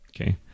Okay